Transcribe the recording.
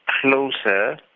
closer